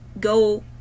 go